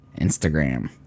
Instagram